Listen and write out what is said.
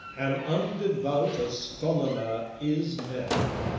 an undevout astronomer is mad!